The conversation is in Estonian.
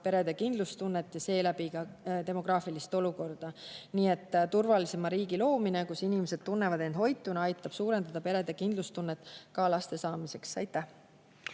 perede kindlustunnet ja seeläbi ka demograafilist olukorda. Nii et turvalisema riigi loomine, kus inimesed tunnevad end hoituna, aitab suurendada perede kindlustunnet ka laste saamiseks. Aitäh!